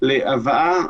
אבל הוועדה